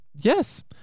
Yes